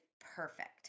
perfect